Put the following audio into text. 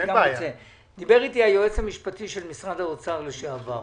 דיבר אתי היועץ המשפטי של משרד האוצר לשעבר,